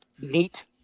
neat